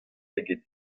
eget